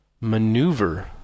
maneuver